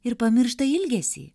ir pamiršta ilgesį